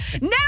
now